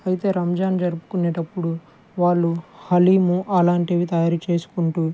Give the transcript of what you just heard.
అయితే రంజాన్ జరుపుకునేటప్పుడు వాళ్ళు హాలీము అలాంటివి తయారు చేసుకుంటూ